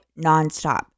nonstop